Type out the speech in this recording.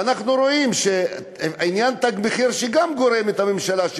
אנחנו רואים בעניין "תג מחיר" שהממשלה גורמת גם,